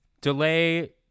Delay